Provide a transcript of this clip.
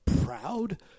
proud